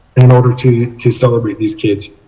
in order to to celebrate these kids.